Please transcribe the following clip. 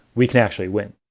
we can actually win.